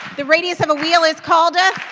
the radius of a wheel is called? ah